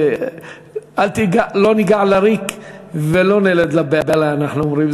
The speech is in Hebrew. "לא ניגע לריק ולא נלד לבהלה", אנחנו אומרים.